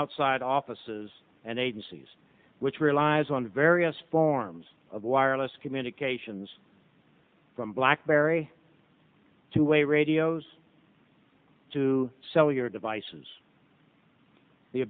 outside offices and agencies which relies on various forms of wireless communications from blackberry two way radios to sell your devices the